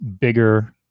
bigger